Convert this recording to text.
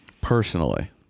Personally